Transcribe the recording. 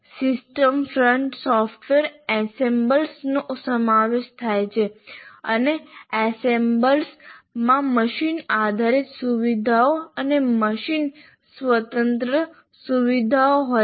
સિસ્ટમફ્ટ સોફ્ટવેરમાં એસેમ્બલર્સનો સમાવેશ થાય છે અને એસેમ્બલર્સમાં મશીન આધારિત સુવિધાઓ અને મશીન સ્વતંત્ર સુવિધાઓ હોય છે